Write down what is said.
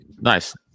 Nice